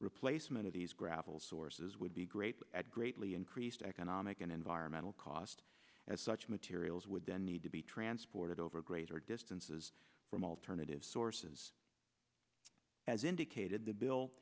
replacement of these gravel sources would be great at greatly increased economic and environmental cost as such materials would then need to be transported over a greater distances from alternative sources as indicated the bill